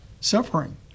suffering